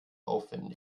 aufwendig